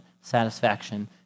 satisfaction